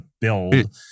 build